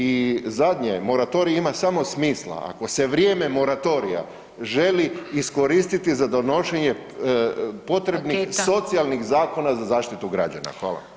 I zadnje, moratorij ima samo smisla ako se vrijeme moratorija želi iskoristiti za donošenje potrebnih [[Upadica: Paketa.]] socijalnih zakona za zaštitu građana.